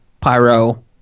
pyro